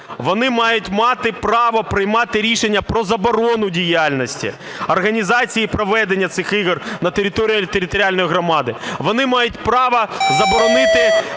Вони мають мати право приймати рішення про заборону діяльності, організації і проведення цих ігор на території територіальної громади. Вони мають право заборонити